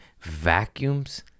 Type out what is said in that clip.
vacuums